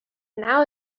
now